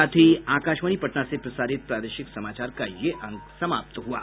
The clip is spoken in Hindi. इसके साथ ही आकाशवाणी पटना से प्रसारित प्रादेशिक समाचार का ये अंक समाप्त हुआ